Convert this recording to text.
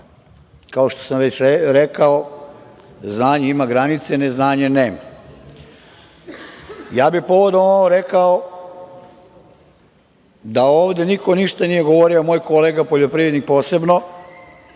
Kao što sam već rekao, znanje ima granice, neznanje nema. Ja bih povodom ovoga rekao da ovde niko ništa nije govorio, a moj kolega poljoprivrednih posebno,